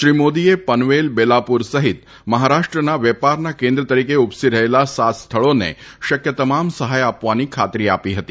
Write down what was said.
શ્રી મોદીએ પનવેલ બેલાપુર સહિત મહારાષ્ટ્રના વેપારના કેન્દ્ર તરીકે ઉપસી રહેલા સાત સ્થળોને શકય તમામ સહાય આપવાની ખાતરી આપી હતી